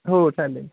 हो चालेल